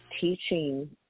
teaching